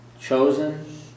Chosen